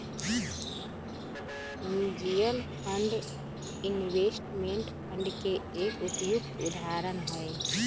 mutual fund investment fund के एक उपयुक्त उदाहरण हई